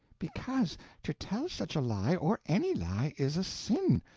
because to tell such a lie, or any lie, is a sin,